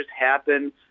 happen